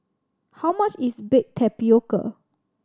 how much is baked tapioca